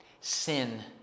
sin